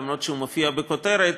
למרות הימצאותו בכותרת,